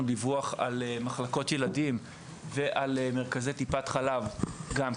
דיווח על מחלקות ילדים ועל מרכזי טיפת חלב גם,